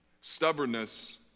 stubbornness